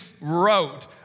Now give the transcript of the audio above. wrote